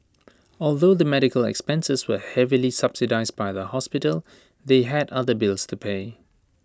although the medical expenses were heavily subsidised by the hospital they had other bills to pay